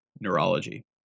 neurology